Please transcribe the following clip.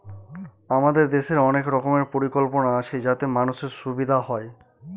আমাদের দেশের অনেক রকমের পরিকল্পনা আছে যাতে মানুষের সুবিধা হয়